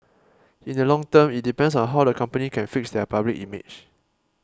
in the long term it depends on how the company can fix their public image